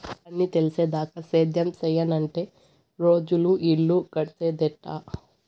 అన్నీ తెలిసేదాకా సేద్యం సెయ్యనంటే రోజులు, ఇల్లు నడిసేదెట్టా